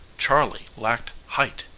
charley lacked height,